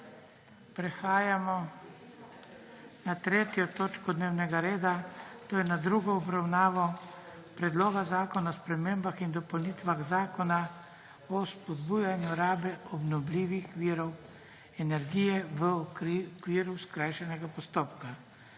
prekinjeno 3. točko dnevnega reda, to je s tretjo obravnavo Predloga zakona o spremembah in dopolnitvah Zakona o spodbujanju rabe obnovljivih virov energije v okviru skrajšanega postopka.